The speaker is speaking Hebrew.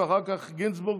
ואחר כך, גינזבורג.